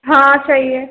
हाँ सही है